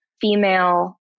female